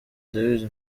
ndabizi